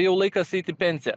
jau laikas eit į pensiją